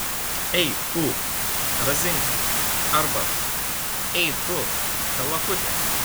ei tu razinka arba ei tu kalakute